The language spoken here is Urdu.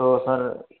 تو سر